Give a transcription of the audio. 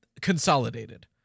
Consolidated